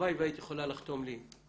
הלוואי והיית יכולה לחתום לי,